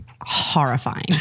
Horrifying